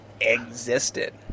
existed